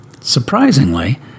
surprisingly